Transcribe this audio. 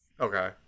Okay